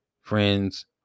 friends